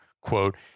quote